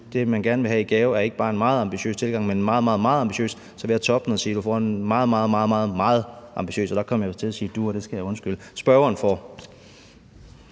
det, man gerne vil have i gave, ikke bare er en meget ambitiøs tilgang, men en meget, meget, meget ambitiøs tilgang, så vil jeg toppe den og sige: Du får en meget, meget, meget, meget, megetambitiøs tilgang. Dér kom jeg vist til at sige du, og det skal jeg undskylde, jeg mente,